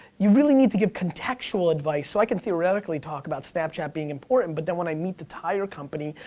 you really need to give contextual advice. so i can theoretically talk about snapchat being important, but then when i meet the tire company,